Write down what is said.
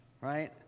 Right